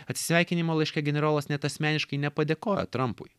atsisveikinimo laiške generolas net asmeniškai nepadėkojo trampui